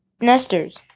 nesters